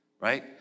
right